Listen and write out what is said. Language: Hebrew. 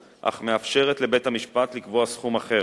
אך מאפשרת לבית-המשפט לקבוע סכום אחר,